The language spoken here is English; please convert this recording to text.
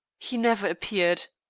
he never appeared.